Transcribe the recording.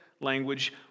language